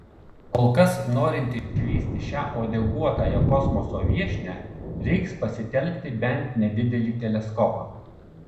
kol kas norint išvysti šią uodeguotąją kosmoso viešnią reiks pasitelkti bent nedidelį teleskopą